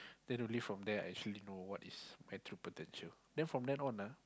then only from there I actually know what is my true potential then from then on ah